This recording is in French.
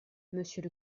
monsieur